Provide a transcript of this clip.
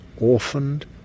Orphaned